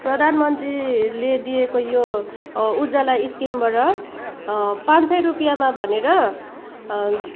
प्रधान मन्त्रीले दिएको यो उजाला स्किमबाट पाँच सय रुपियाँमा भनेर